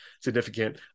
significant